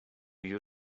you